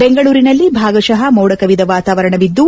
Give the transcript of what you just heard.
ಬೆಂಗಳೂರಿನಲ್ಲಿ ಭಾಗಶಃ ಮೋಡಕವಿದ ವಾತವರಣವಿದ್ದು